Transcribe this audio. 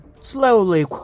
Slowly